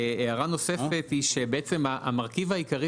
הערה נוספת היא שבעצם המרכיב העיקרי